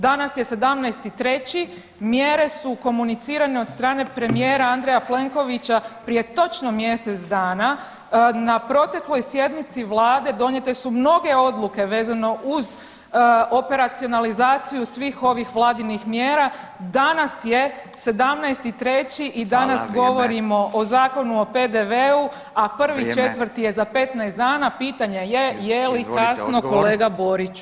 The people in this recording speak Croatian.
Danas je 17. 3., mjere su komunicirane od strane premijera Andreja Plenkovića prije točno mjesec dana, na protekloj sjednici Vlade donijete su mnoge odluke vezano uz operacionalizaciju svih ovih Vladinih mjera, danas je 17.3. i danas govorimo o Zakonu o PDV-u a 1.4 [[Upadica Radin: Vrijeme.]] je za 15 dana, pitanje je je li kasno kolega Boriću?